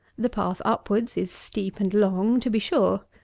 the path upwards is steep and long, to be sure.